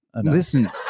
Listen